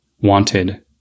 wanted